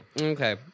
Okay